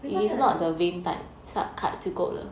because the